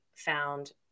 found